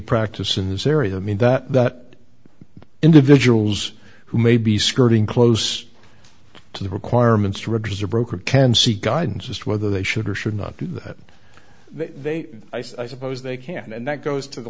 practice in this area i mean that that individuals who may be skirting close to the requirements to register brokerage can seek guidance as to whether they should or should not do that they i suppose they can't and that goes to the